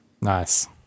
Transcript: nice